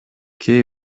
кээ